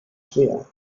schwer